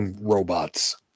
robots